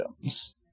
items